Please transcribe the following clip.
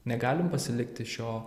negalim pasilikti šio